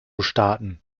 starten